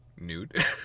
Nude